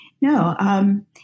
No